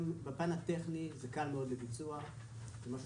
בפן הטכני זה קל מאוד לביצוע וזה משהו